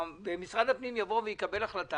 ומשרד הפנים יקבל החלטה.